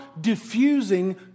diffusing